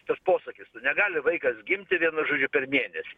šitas posakis nu negali vaikas gimti vienu žodžiu per mėnesį